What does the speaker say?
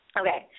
okay